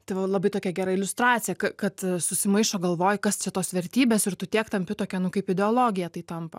tai va labai tokia gera iliustracija kad kad susimaišo galvoj kas čia tos vertybės ir tu tiek tampi tokia nu kaip ideologija tai tampa